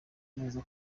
neza